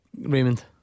Raymond